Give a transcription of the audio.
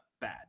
bad